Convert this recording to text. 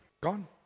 gone